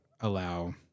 allow